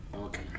Okay